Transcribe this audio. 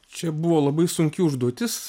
čia buvo labai sunki užduotis